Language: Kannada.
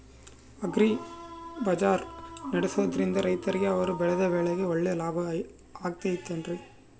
ಅಗ್ರಿ ಬಜಾರ್ ನಡೆಸ್ದೊರಿಂದ ರೈತರಿಗೆ ಅವರು ಬೆಳೆದ ಬೆಳೆಗೆ ಒಳ್ಳೆ ಲಾಭ ಆಗ್ತೈತಾ?